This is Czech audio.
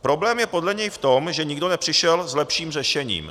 Problém je podle něj v tom, že nikdo nepřišel s lepším řešením.